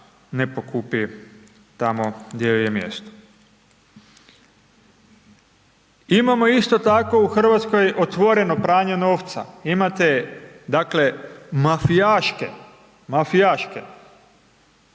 ne pokupi tamo gdje joj je mjesto. Imamo isto tako u Hrvatskoj, otvoreno pranje novca. Imate dakle, mafijaške,